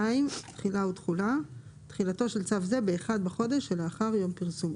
תחילה 2. תחילתו של צו זה באחד בחודש שלאחר פרסומו.